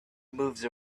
moved